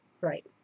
Right